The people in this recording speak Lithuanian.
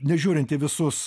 nežiūrint į visus